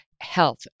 health